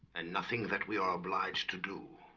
and nothing that we are obliged to do